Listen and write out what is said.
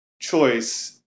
choice